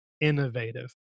innovative